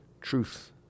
Truth